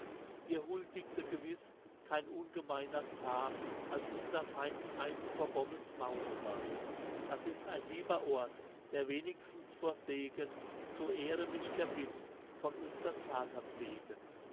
ihr huldigte gewiss kein ungemeiners paar als unter feinden einst vor bommels mauren war das ist ein lieber ort der wenigstens vor segen zur ehre mich verbindt von unsers vaters wegen